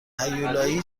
هیولایی